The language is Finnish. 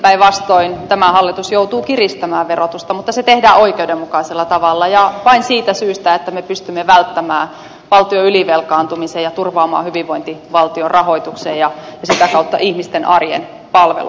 päinvastoin tämä hallitus joutuu kiristämään verotusta mutta se tehdään oikeudenmukaisella tavalla ja vain siitä syystä että me pystymme välttämään valtion ylivelkaantumisen ja turvaamaan hyvinvointivaltion rahoituksen ja sitä kautta ihmisten arjen palvelut